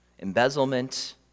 embezzlement